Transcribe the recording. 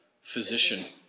physician